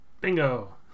Bingo